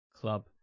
club